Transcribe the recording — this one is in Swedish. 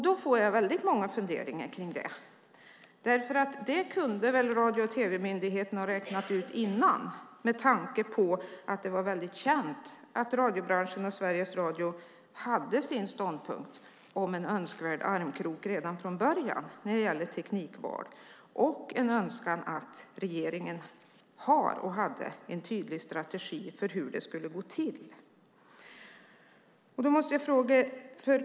Det väcker många funderingar. Det kunde väl Myndigheten för radio och tv ha räknat ut innan, med tanke på att det var känt att radiobranschen och Sveriges Radio hade sin ståndpunkt om en önskvärd armkrok redan från början när det gäller teknikval och en önskan att regeringen skulle ha en tydlig strategi för hur det skulle gå till.